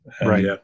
Right